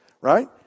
right